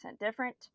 different